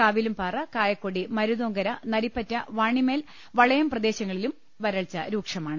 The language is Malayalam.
കാവിലുംപാറ കായക്കൊടി മരുതോങ്കര നരിപ്പറ്റ വാണിമേൽ വളയം പ്രദേശങ്ങളിലും വരൾച്ച രൂക്ഷമാണ്